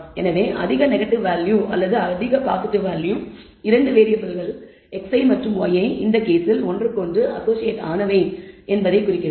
எனவே அதிக negative value அல்லது அதிக பாசிட்டிவ் வேல்யூ 2 வேறியபிள்கள் xi மற்றும் yi இந்த கேஸில் ஒன்றுக்கொன்று அசோசியேட் ஆனவை என்பதைக் குறிக்கிறது